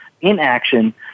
Inaction